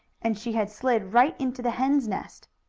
and she had slid right into the hen's nest.